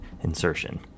insertion